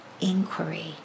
inquiry